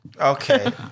Okay